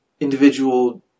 individual